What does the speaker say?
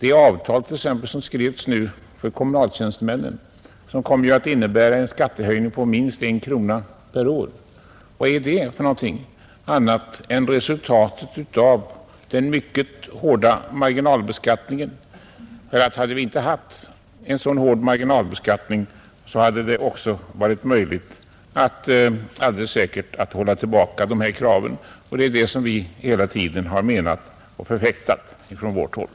Det avtal som senast skrevs för kommunaltjänstemännen kommer sålunda att innebära en skattehöjning med minst 1 krona per skattekrona och år. Och vad är det annat än ett resultat av den mycket hårda marginalbeskattningen? Om vi inte hade haft en så hård marginalbeskattning, hade det alldeles säkert varit möjligt att hålla tillbaka sådana lönekrav. Det är det som vi hela tiden från vårt håll har menat och förfäktat.